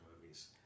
movies